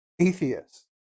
Atheists